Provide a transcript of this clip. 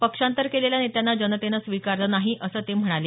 पक्षांतर केलेल्या नेत्यांना जनतेने स्वीकारलं नाही असं ते म्हणाले